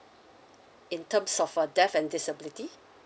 in terms of uh death and disability